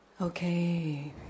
Okay